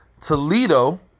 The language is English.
Toledo